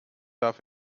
darf